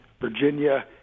Virginia